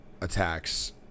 attacks